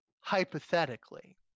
hypothetically